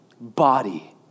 body